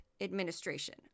administration